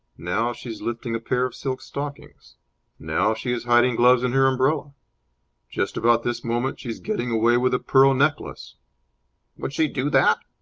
now she is lifting a pair of silk stockings now she is hiding gloves in her umbrella just about this moment she is getting away with a pearl necklace would she do that?